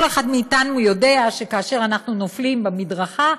כל אחד מאיתנו יודע שכאשר אנחנו נופלים במדרכה,